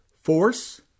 force